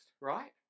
right